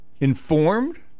informed